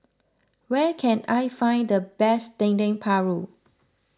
where can I find the best Dendeng Paru